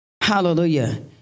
Hallelujah